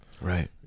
Right